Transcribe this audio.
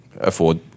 afford